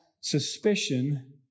suspicion